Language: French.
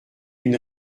une